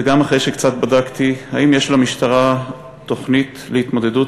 וגם אחרי שקצת בדקתי: האם יש למשטרה תוכנית להתמודדות,